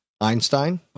Einstein